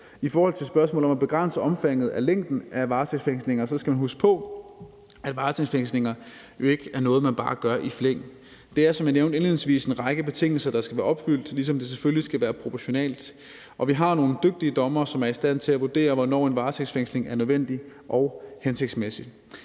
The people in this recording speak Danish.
I forhold til spørgsmålet om at begrænse omfanget og længden af varetægtsfængslinger skal man huske på, at varetægtsfængsling jo ikke er noget, man bare gør i flæng. Der er, som jeg nævnte indledningsvis, en række betingelser, der skal være opfyldt, ligesom det selvfølgelig skal være proportionalt, og vi har nogle dygtige dommere, som er i stand til at vurdere, hvornår en varetægtsfængsling er nødvendig og hensigtsmæssig.